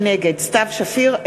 נגד סתיו שפיר,